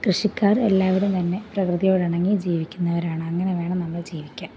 കൃഷിക്കാർ എല്ലാവരും തന്നെ പ്രകൃതിയോട് ഇണങ്ങി ജീവിക്കുന്നവരാണ് അങ്ങനെ വേണം നമ്മൾ ജീവിക്കാൻ